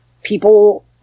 people